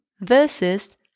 versus